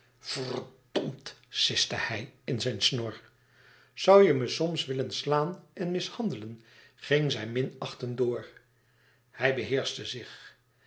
verdomd siste hij in zijn snor zoû je me soms willen slaan en mishandelen ging zij minachtend door hij beheerschte zich